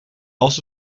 als